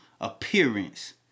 appearance